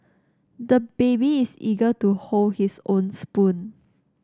the baby is eager to hold his own spoon